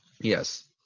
Yes